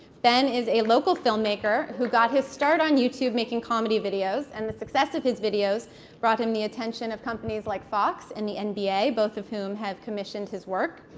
ben is a local filmmaker who got his start on youtube making comedy videos. and the success of his videos brought him the attention of companies like fox and the and nba, both of whom have commissioned his work.